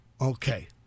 Okay